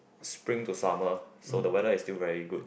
spring to summer so the weather still very good